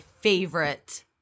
favorite